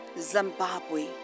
Zimbabwe